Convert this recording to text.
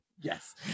yes